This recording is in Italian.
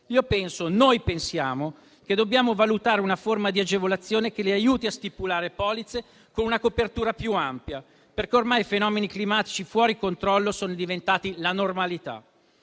estremi. Noi pensiamo che dobbiamo valutare una forma di agevolazione che li aiuti a stipulare polizze con una copertura più ampia, perché ormai i fenomeni climatici fuori controllo sono diventati la normalità.